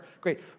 Great